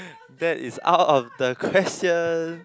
that is out of the question